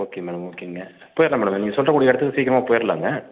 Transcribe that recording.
okay madam ஓகேங்க போயிடலாம் madam நீங்கள் சொல்கிறக்கூடிய இடத்துக்கு சீக்கிரமாக போயிடலாங்க